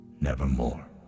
Nevermore